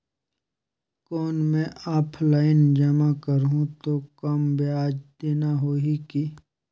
कौन मैं ऑफलाइन जमा करहूं तो कम ब्याज देना होही की?